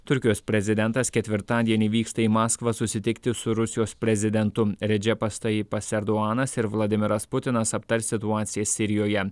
turkijos prezidentas ketvirtadienį vyksta į maskvą susitikti su rusijos prezidentu redžepas tajipas erduanas ir vladimiras putinas aptars situaciją sirijoje